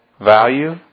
value